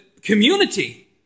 community